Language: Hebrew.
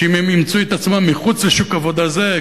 שאם הם ימצאו את עצמם מחוץ לשוק עבודה זה,